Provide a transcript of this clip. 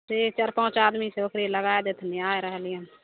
ठीक चारि पॉंच आदमी छै ओकरे लगाए देथिन आए रहलियै हन